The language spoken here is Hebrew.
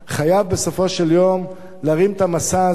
בסופו של יום יש להרים את המשא הזה,